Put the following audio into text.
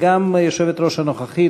והיושבת-ראש הנוכחית,